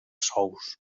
sous